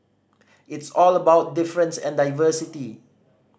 it's all about difference and diversity